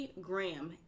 Graham